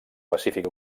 pacífic